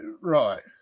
Right